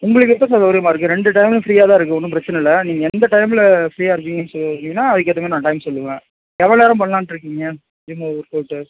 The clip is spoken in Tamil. உங்களுக்கு எப்போ சார் சௌரியமாக இருக்கு ரெண்டு டைமும் ஃப்ரீயாக தான் இருக்கு ஒன்றும் பிரச்சனை இல்லை நீங்கள் எந்த டைம்மில் ஃப்ரீயாக இருக்கீங்கன்னு சொன்னீங்கனா அதற்கேத்த மாதிரி நான் டைம் சொல்லுவேன் எவ்வளோ நேரம் பண்ணலான்னு இருக்கீங்க ஜிம்மு ஒர்க்அவுட்டு